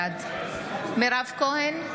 בעד מירב כהן,